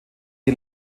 die